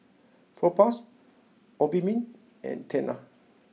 Propass Obimin and Tena